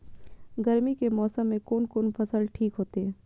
गर्मी के मौसम में कोन कोन फसल ठीक होते?